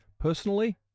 Personally